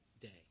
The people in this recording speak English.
day